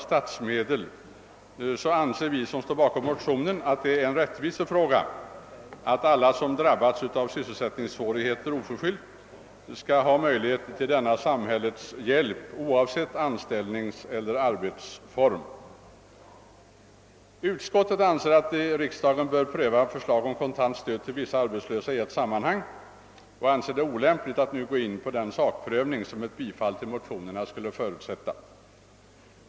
ser vi motionärer att det är en rättvisefråga, att alla som oförskyllt drabbas av sysselsättningssvårigheter skall ha möjligheter att erhålla denna samhällets hjälp, oavsett anställningseller arbetsform. Utskottet anser att riksdagen bör pröva frågan om kontant stöd till vissa arbetslösa i ett sammanhang och anser det olämpligt att nu gå in på den sakprövning som ett bifall till motionerna skulle kräva.